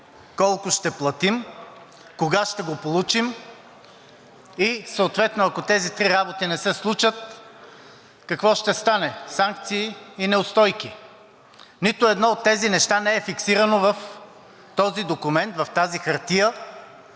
колко ще платим, кога ще го получим и съответно ако тези три работи не се случат, какво ще стане – санкции и неустойки. Нито едно от тези неща не е фиксирано в този документ, в тази хартия,